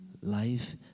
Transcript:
life